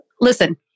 listen